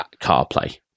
CarPlay